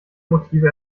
motive